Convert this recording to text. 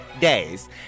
days